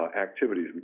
activities